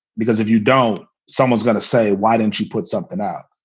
because if you don't, someone's going to say, why didn't you put something out?